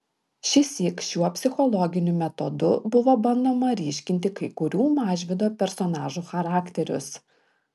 šįsyk šiuo psichologiniu metodu buvo bandoma ryškinti kai kurių mažvydo personažų charakterius